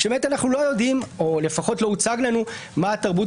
שאנחנו לא יודעים או לפחות לא הוצג לנו מה התרבות